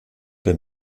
der